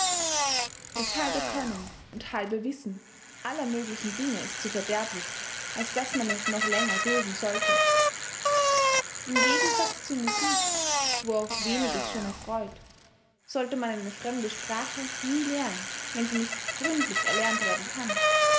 das halbe können und halbe wissen aller möglichen dinge ist zu verderblich als daß man es noch länger dulden sollte im gegensatz zur musik wo auch weniges schon erfreut sollte man eine fremde sprache nie lehren wenn sie nicht gründlich erlernt werden kann